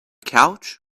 couch